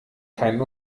keinen